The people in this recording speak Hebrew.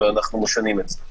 ואנחנו משנים את זה.